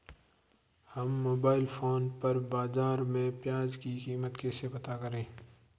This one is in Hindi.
हम मोबाइल फोन पर बाज़ार में प्याज़ की कीमत कैसे पता करें?